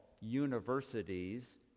universities